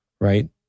right